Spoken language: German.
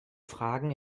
fragen